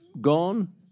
gone